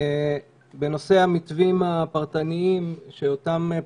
בנושא המתווים הפרטניים שאותם פרופ'